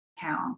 town